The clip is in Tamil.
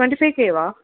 டுவெண்ட்டி ஃபைவ் கேவா